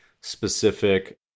specific